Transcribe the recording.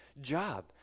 job